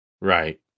right